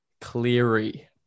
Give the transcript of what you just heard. Cleary